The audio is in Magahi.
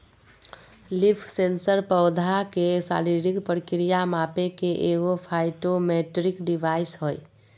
लीफ सेंसर पौधा के शारीरिक प्रक्रिया मापे के एगो फाइटोमेट्रिक डिवाइस हइ